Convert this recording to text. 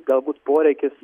galbūt poreikis